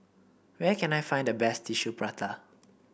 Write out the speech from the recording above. where can I find the best Tissue Prata